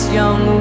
young